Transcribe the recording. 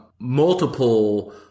multiple